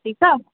ठीकु आहे